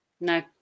No